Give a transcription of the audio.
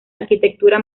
arquitectura